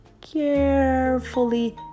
carefully